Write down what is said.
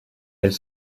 elle